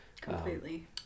Completely